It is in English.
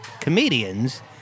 comedians